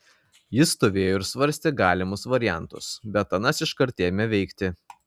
jis stovėjo ir svarstė galimus variantus bet anas iškart ėmė veikti